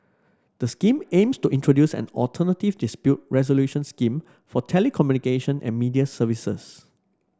the scheme aims to introduce an alternative dispute resolution scheme for telecommunication and media services